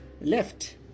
left